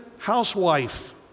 Housewife